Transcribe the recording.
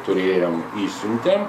turėjom išsiuntėm